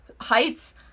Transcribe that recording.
heights